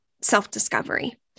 self-discovery